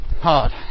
Hard